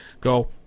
go